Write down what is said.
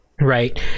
right